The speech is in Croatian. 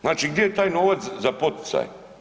Znači gdje je taj novac za poticaje?